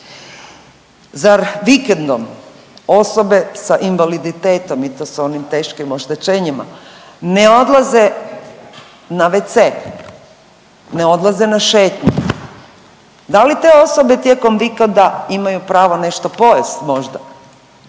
Zar vikendom osobe sa invaliditetom i to sa onim teškim oštećenjima ne odlaze na wc, ne odlaze na šetnju? Da li te osobe tijekom vikenda imaju pravo nešto pojest možda?